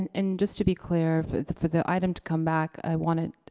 and just to be clear, for the for the item to come back i want it,